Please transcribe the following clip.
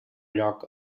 lloc